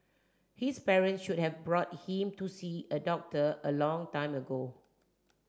his parent should have brought him to see a doctor a long time ago